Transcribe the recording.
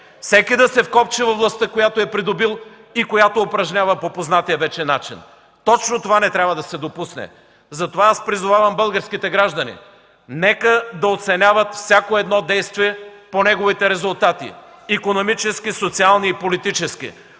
Всеки да се вкопчи във властта, която е придобил, и която упражнява по познатия вече начин. Точно това не трябва да се допусне! Затова аз призовавам българските граждани: нека да оценяват всяко действие по неговите резултати – икономически, социални и политически!